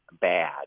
bad